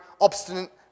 obstinate